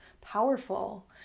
powerful